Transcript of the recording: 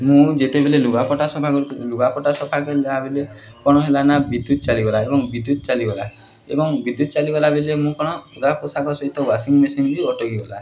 ମୁଁ ଯେତେବେଲେ ଲୁଗାପଟା ସଫା କରୁଥିଲି ଲୁଗାପଟା ସଫା କ'ଣ ହେଲା ନା ବିଦ୍ୟୁତ୍ ଚାଲିଗଲା ଏବଂ ବିଦ୍ୟୁତ୍ ଚାଲିଗଲା ଏବଂ ବିଦ୍ୟୁତ୍ ଚାଲିଗଲା ବେଲେ ମୁଁ କ'ଣ ଲୁଗା ପୋଷାକ ସହିତ ୱାଶିଂ ମେସିନ୍ ବି ଅଟକିଗଲା